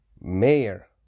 Mayor